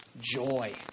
Joy